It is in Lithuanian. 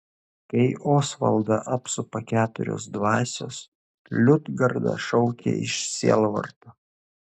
kai osvaldą apsupa keturios dvasios liudgarda šaukia iš sielvarto